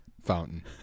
fountain